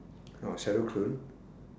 orh shadow clone